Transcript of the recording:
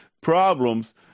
problems